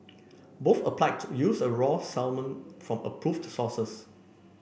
both applied to use a raw salmon from approved sources